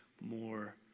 more